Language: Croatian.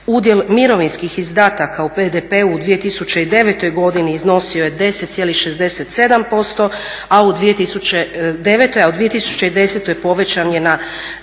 Udjel mirovinskih izdataka u BDP-u u 2009.godini iznosio je 10,67%, a u 2010.povećan je na